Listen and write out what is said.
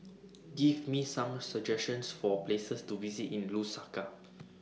Give Me Some suggestions For Places to visit in Lusaka